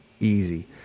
easy